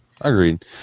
Agreed